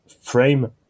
frame